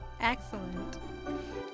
Excellent